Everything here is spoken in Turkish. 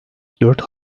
dört